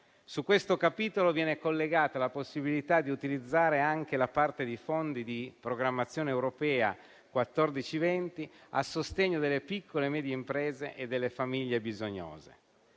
A questo capitolo viene collegata la possibilità di utilizzare anche la parte di fondi di programmazione europea 2014-2020 a sostegno delle piccole e medie imprese e delle famiglie bisognose.